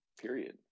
period